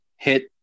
hit